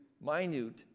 minute